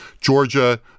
Georgia